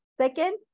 Second